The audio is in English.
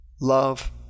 love